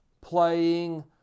playing